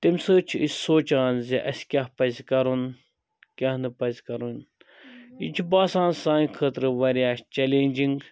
تَمہِ سۭتۍ چھِ أسۍ سونٛچان زِ اَسہِ کیٛاہ پَزِ کَرُن کیاہ نہٕ پَزِ کَرُن یہِ چھُ باسان سانہِ خٲطرٕ واریاہ چیٚلینٛجِنٛگ